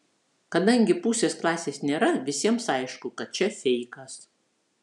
kadangi pusės klasės nėra visiems aišku kad čia feikas